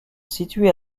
situées